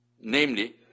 Namely